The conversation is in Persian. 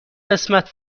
قسمت